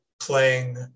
playing